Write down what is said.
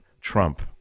Trump